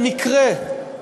במקרה,